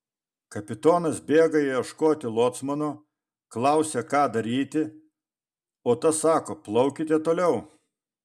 kapitonas bėga ieškoti locmano klausia ką daryti o tas sako plaukite toliau